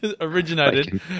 originated